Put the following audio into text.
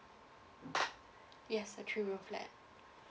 yes a three room flat